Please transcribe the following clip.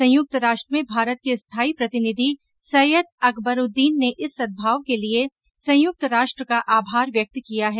संयुक्त राष्ट्र में भारत के स्थायी प्रतिनिधि सैयद अकबरुद्दीन ने इस सद्भाव के लिए संयुक्त राष्ट्र का आमार व्यक्त किया है